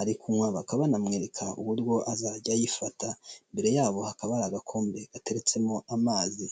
ari kunywa ,bakaba banamwereka uburyo azajya ayifata, imbere yabo hakaba ari agakombe gateretsemo amazi.